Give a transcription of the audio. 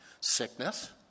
Sickness